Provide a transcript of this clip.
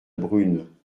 brune